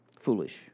Foolish